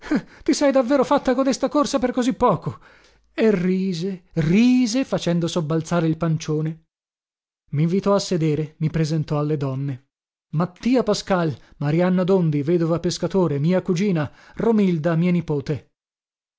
ti sei davvero fatta codesta corsa per così poco e rise rise facendo sobbalzare il pancione minvitò a sedere mi presentò alle donne mattia pascal marianna dondi vedova pescatore mia cugina romilda mia nipote